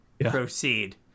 Proceed